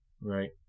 Right